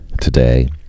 today